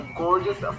gorgeous